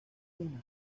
una